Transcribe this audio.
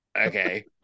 Okay